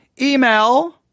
email